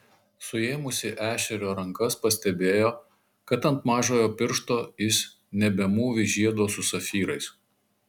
suėmusi ešerio rankas pastebėjo kad ant mažojo piršto jis nebemūvi žiedo su safyrais